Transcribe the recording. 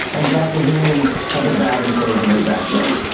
and zach levine has a batting cage in his backyard.